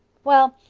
well,